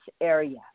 area